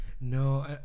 No